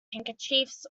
handkerchiefs